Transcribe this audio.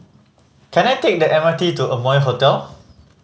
can I take the M R T to Amoy Hotel